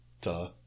Duh